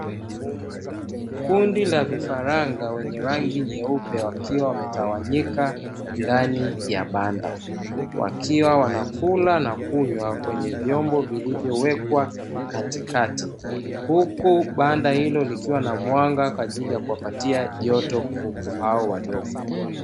Kundi la vifaranga wenye rangi nyeupe wakiwa wametawanyika ndani ya banda wakiwa wanakula na kunywa kwenye vyombo vilivyowekwa katikati, huku banda hilo likiwa na mwanga kwa ajili ya kuwapatia joto kuku hao wadogo.